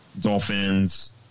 Dolphins